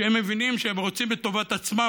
שהם מבינים שהם רוצים את טובת עצמם,